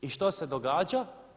I što se događa?